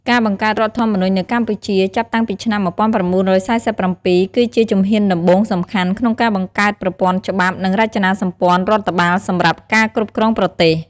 ការបង្កើតរដ្ឋធម្មនុញ្ញនៅកម្ពុជា ចាប់តាំងពីឆ្នាំ ១៩៤៧ គឺជាជំហានដំបូងសំខាន់ក្នុងការបង្កើតប្រព័ន្ធច្បាប់ និងរចនាសម្ព័ន្ធរដ្ឋបាលសម្រាប់ការគ្រប់គ្រងប្រទេស។